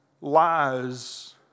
lies